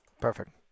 Perfect